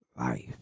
life